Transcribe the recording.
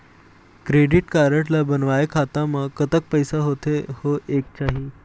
Credit card ला बनवाए खाता मा कतक पैसा होथे होएक चाही?